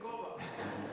שים כובע.